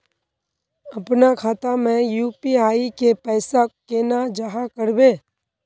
अपना खाता में यू.पी.आई के पैसा केना जाहा करबे?